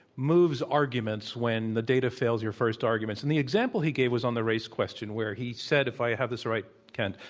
moves arguments when the data fails your first arguments. and the example he gave was on the race question, where he said, if i have this right, kent,